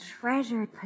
treasured